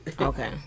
Okay